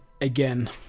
again